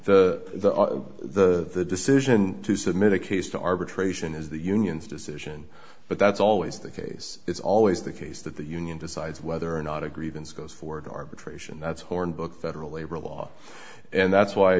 the the the decision to submit a case to arbitration is the union's decision but that's always the case it's always the case that the union decides whether or not a grievance goes forward arbitration that's hornbook federal labor law and that's why